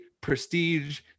prestige